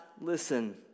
listen